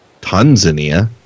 Tanzania